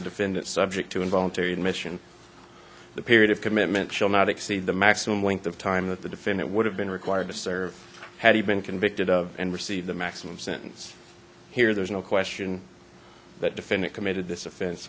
defendant subject to involuntary admission the period of commitment shall not exceed the maximum length of time that the defendant would have been required to serve had he been convicted of and receive the maximum sentence here there's no question that defendant committed this offen